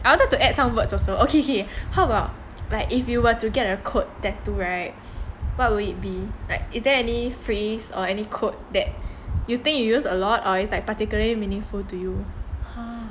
I wanted to add some words also okay okay how about like if you were to get a quote tattoo right what would it be like is there any phrase or any quote that you think you use a lot or like is particularly meaningful to you